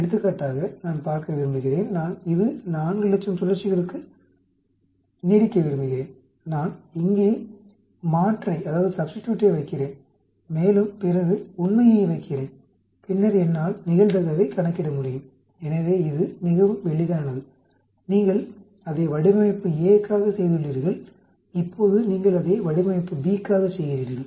எடுத்துக்காட்டாக நான் பார்க்க விரும்புகிறேன் நான் இது 400000 சுழற்சிகளுக்கு நீடிக்க விரும்புகிறேன் நான் இங்கே மாற்றை வைக்கிறேன் மேலும் பிறகு உண்மையை வைக்கிறேன் பின்னர் என்னால் நிகழ்தகவைக் கணக்கிட முடியும் எனவே இது மிகவும் எளிதானது நீங்கள் அதை வடிவமைப்பு A க்காக செய்துள்ளீர்கள் இப்போது நீங்கள் அதை வடிவமைப்பு B க்காகச் செய்கிறீர்கள்